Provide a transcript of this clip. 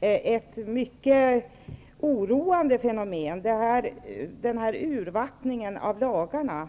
ett mycket oroande fenomen, nämligen urvattningen av lagarna.